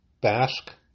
Basque